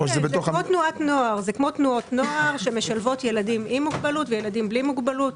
זה כמו תנועות נוער שמשלבות ילדים עם מוגבלות וילדים בלי מוגבלות,